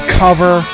cover